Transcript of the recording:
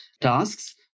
tasks